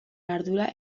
ardura